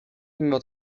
mimo